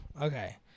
Okay